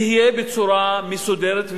יהיה בצורה מסודרת,